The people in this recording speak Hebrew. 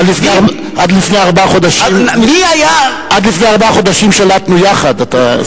עד לפני ארבעה חודשים שלטנו יחד.